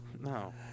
No